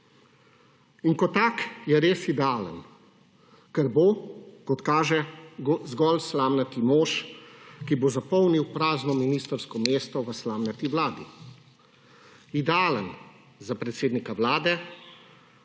In kot tak je res idealen, ker bo, kot kaže, zgolj slamnati mož, ki bo zapolnil prazno ministrsko mesto v slamnati Vladi. Idealen za predsednika Vlade,